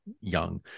young